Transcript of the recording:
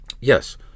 Yes